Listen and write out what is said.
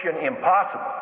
impossible